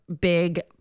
big